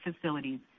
facilities